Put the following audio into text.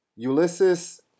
Ulysses